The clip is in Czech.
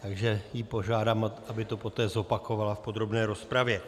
Takže ji požádám, aby to poté zopakovala v podrobné rozpravě.